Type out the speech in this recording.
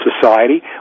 society